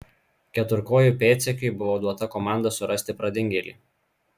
keturkojui pėdsekiui buvo duota komanda surasti pradingėlį